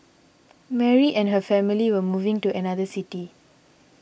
Mary and her family were moving to another city